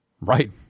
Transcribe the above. Right